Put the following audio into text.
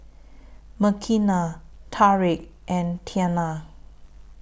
Makenna Tariq and Tianna